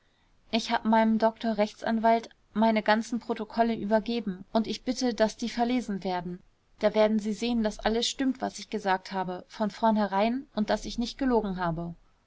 ich hab meinem doktor rechtsanwalt meine ganzen protokolle übergeben und ich bitte daß die verlesen werden da werden sie sehen daß alles stimmt was ich gesagt habe von vornherein und daß ich nicht gelogen habe